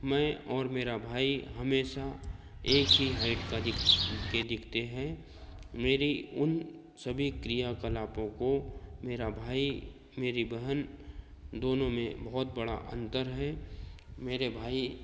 मैं और मेरा भाई हमेशा एक ही हाईट का दिख के दिखते हैं मेरी उन सभी क्रियाकलापों को मेरा भाई मेरी बहन दोनों में बहुत बड़ा अंतर है मेरे भाई